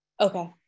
Okay